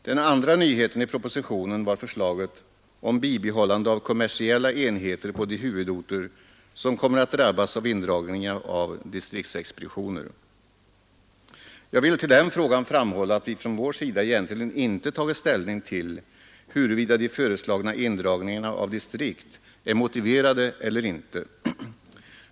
Den andra nyheten i propositionen var förslaget om bibehållande av kommersiella enheter på de huvudorter som kommer att drabbas av indragningarna av distriktsexpeditioner. Jag vill till den frågan framhålla, att vi från vår sida egentligen inte tagit ställning till huruvida de föreslagna indragningarna av distrikt är motiverade eller inte.